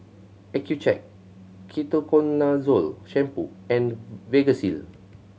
Accucheck Ketoconazole Shampoo and Vagisil